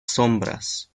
sombras